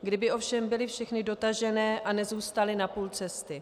Kdyby ovšem byly všechny dotažené a nezůstaly na půl cesty.